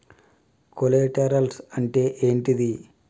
Collaterals అంటే ఏంటిది?